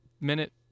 minute